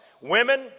women